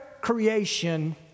creation